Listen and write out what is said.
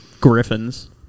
griffins